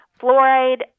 fluoride